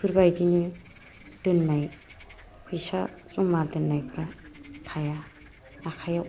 बेफोरबायदिनो दोन्नाय फैसा जमा दोन्नायफ्रा थाया आखाइयाव